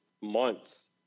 months